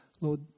Lord